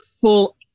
full